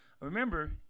Remember